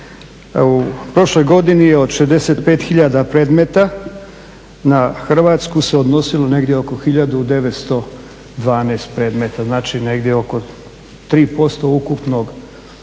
U prošloj godini je od 65 hiljada predmeta na Hrvatsku se odnosilo negdje oko hiljadu 912 predmeta, znači negdje oko 3% ukupnog broja